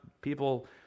people